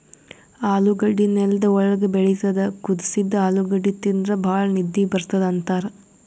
ಆಲೂಗಡ್ಡಿ ನೆಲ್ದ್ ಒಳ್ಗ್ ಬೆಳಿತದ್ ಕುದಸಿದ್ದ್ ಆಲೂಗಡ್ಡಿ ತಿಂದ್ರ್ ಭಾಳ್ ನಿದ್ದಿ ಬರ್ತದ್ ಅಂತಾರ್